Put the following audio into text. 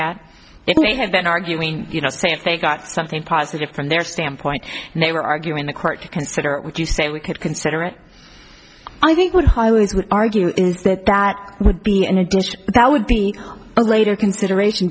at if we had been arguing you know say if they got something positive from their standpoint and they were arguing the court to consider would you say we could consider it i think what i would argue is that that would be an addition that would be a later consideration